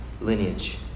lineage